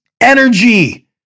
energy